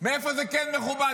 מאיפה זה כן מכובד?